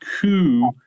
coup